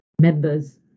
members